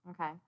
Okay